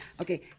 okay